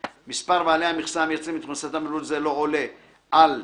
מספר בעלי המכסה המייצרים את מכסתם בלול זה לא עולה על 4,